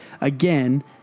again